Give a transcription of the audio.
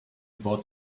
bought